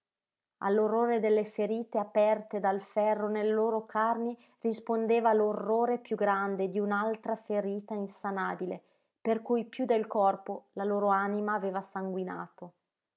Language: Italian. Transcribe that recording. ricoverati all'orrore delle ferite aperte dal ferro nelle loro carni rispondeva l'orrore piú grande di un'altra ferita insanabile per cui piú del corpo la loro anima aveva sanguinato